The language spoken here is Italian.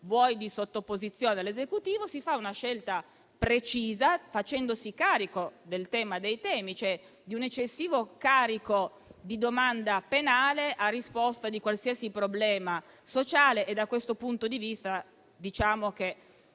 vuoi di sottoposizione all'Esecutivo. Si fa una scelta precisa, facendosi carico del tema dei temi, cioè di un eccessivo carico di domanda penale a risposta di qualsiasi problema sociale. Da questo punto di vista, l'esordio